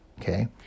okay